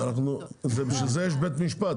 לכן יש בית משפט.